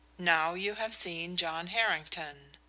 now you have seen john harrington.